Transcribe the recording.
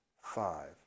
five